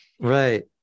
Right